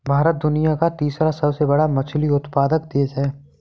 भारत दुनिया का तीसरा सबसे बड़ा मछली उत्पादक देश है